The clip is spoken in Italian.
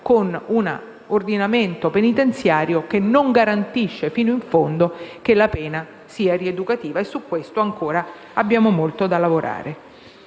con un ordinamento penitenziario che non garantisce fino in fondo che la pena sia rieducativa e su questo ancora abbiamo molto da lavorare.